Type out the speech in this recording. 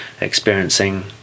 experiencing